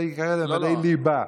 זה ייקרא לימודי ליבה.